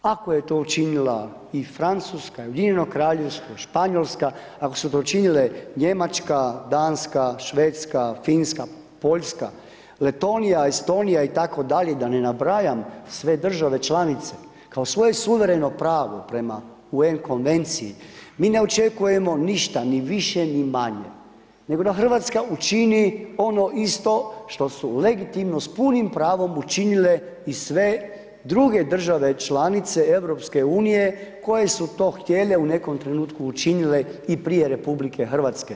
Ako je to učinila i Francuska i UK, Španjolska, ako su to učinile Njemačka, Danska, Švedska, Finska, Poljska, Letonija, Estonija itd. da ne nabrajam sve države članice kao svoje suvereno pravo prema UN konvencije, mi ne očekujemo ništa ni više ni manje, nego da Hrvatska učini ono isto što su legitimno s punim pravom učinile i sve druge države članice EU koje su to htjele u nekom trenutku i učinile i prije RH.